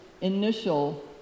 initial